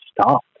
stop